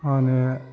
मा होनो